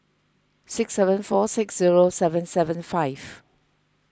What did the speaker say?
six seven four six zero seven seven five